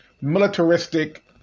militaristic